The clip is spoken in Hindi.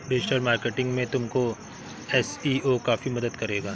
डिजिटल मार्केटिंग में तुमको एस.ई.ओ काफी मदद करेगा